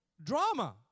Drama